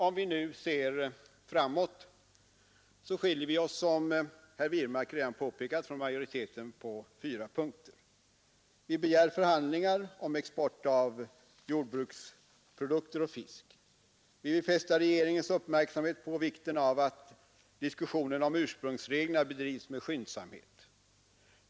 Om vi nu ser framåt finner vi att vi skiljer oss, som herr Wirmark redan påpekat, från majoriteten på fyra punkter. Vi begär förhandlingar om exporten av jordbruksprodukter och fisk. Vi vill fästa regeringens uppmärksamhet på vikten av att diskussionerna om ursprungsreglerna bedrivs med skyndsamhet.